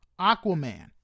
Aquaman